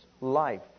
life